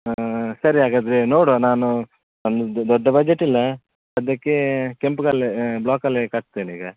ಹಾಂ ಸರಿ ಹಾಗಾದರೆ ನೋಡುವಾ ನಾನು ನನ್ನದು ದೊಡ್ಡ ಬಜೆಟಿಲ್ಲ ಸದ್ಯಕ್ಕೆ ಕೆಂಪು ಕಲ್ಲೇ ಬ್ಲಾಕಲ್ಲೇ ಕಟ್ತೇನೆ ಈಗ